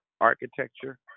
architecture